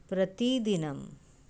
प्रतिदिनम्